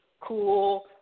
cool